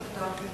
תודה.